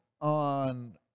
on